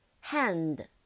hand